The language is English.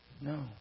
No